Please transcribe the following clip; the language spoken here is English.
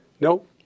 Nope